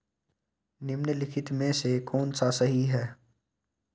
निम्नलिखित में से कौन सा सही है?